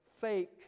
fake